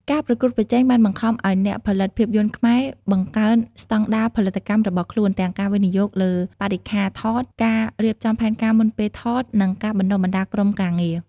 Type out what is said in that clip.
ការប្រកួតប្រជែងបានបង្ខំឲ្យអ្នកផលិតភាពយន្តខ្មែរ បង្កើនស្តង់ដារ ផលិតកម្មរបស់ខ្លួន ទាំងការវិនិយោគលើបរិក្ខារថត ការរៀបចំផែនការមុនពេលថត និងការបណ្តុះបណ្តាលក្រុមការងារ។